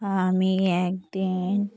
আমি একদিন